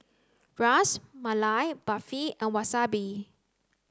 Ras Malai Barfi and wasabi